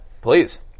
Please